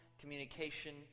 communication